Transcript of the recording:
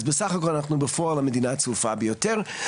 אז בסך הכל אנחנו בפועל המדינה הצפופה ביותר.